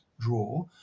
draw